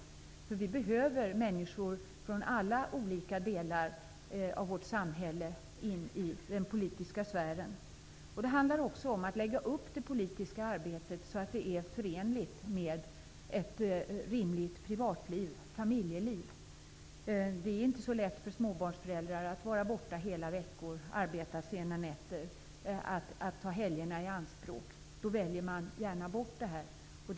Vi behöver människor från alla olika delar av vårt samhälle i den politiska sfären. Det handlar också om att lägga upp det politiska arbetet så att det är förenligt med ett rimligt privatliv -- familjeliv. Det är inte så lätt för småbarnsföräldrar att vara borta hela veckor, arbeta sena nätter och ta helgerna i anspråk. De väljer då gärna bort politiken.